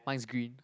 mine is green